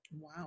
Wow